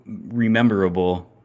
rememberable